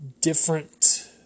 different